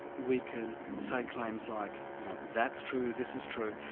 we can say claims like you know that's true, this is true,